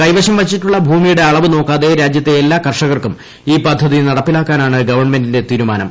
കൈവശം വച്ചിട്ടുള്ള ഭൂമിയുടെ അളവ് നോക്കാതെ രാജ്യത്തെ എല്ലാ കർഷകർക്കും ഈ പദ്ധതി നടപ്പിലാക്കാനാണ് ഗവണ്മെന്റിന്റെ തീരുമാനം